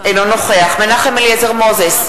אינו נוכח מנחם אליעזר מוזס,